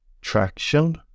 Traction